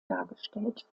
dargestellt